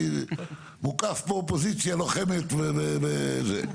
אני מוקף פה באופוזיציה לוחמת וזה.